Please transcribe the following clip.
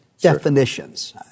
definitions